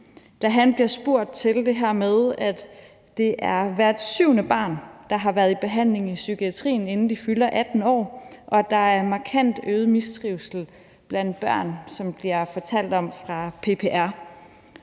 da han bliver spurgt til det her med, at hvert syvende barn har været i behandling i psykiatrien, inden de fylder 18 år, og at der er en markant øget mistrivsel blandt børn, som der bliver fortalt om fra PPR.